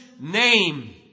name